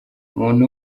umuntu